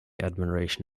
admiration